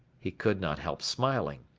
he could not help smiling.